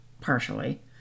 partially